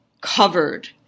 covered